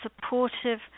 supportive